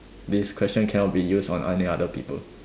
this question cannot be used on any other people